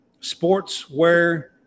sportswear